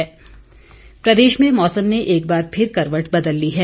मौसम प्रदेश में मौसम ने एक बार फिर करवट बदल ली है